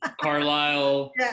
Carlisle